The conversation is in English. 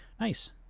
Nice